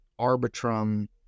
arbitrum